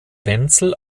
wenzel